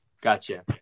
Gotcha